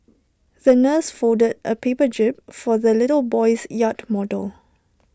the nurse folded A paper jib for the little boy's yacht model